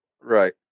Right